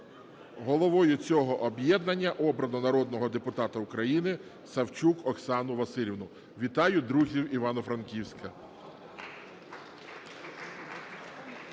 Головою цього об'єднання обрано народного депутата України Савчук Оксану Василівну. Вітаю друзів Івано-Франківська.